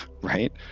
right